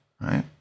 Right